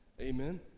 Amen